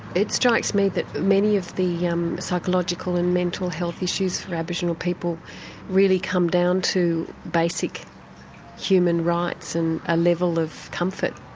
it strikes me that many of the um psychological and mental health issues for aboriginal people really come down to basic human rights and a level of comfort.